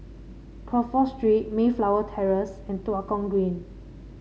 Crawford Street Mayflower Terrace and Tua Kong Green